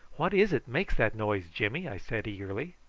what is it makes that noise, jimmy? i said eagerly.